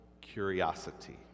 curiosity